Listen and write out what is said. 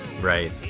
right